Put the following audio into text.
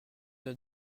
vous